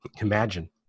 Imagine